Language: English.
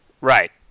right